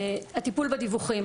הטיפול בדיווחים